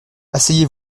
asseyez